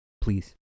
please